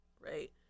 right